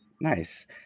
Nice